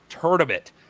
Tournament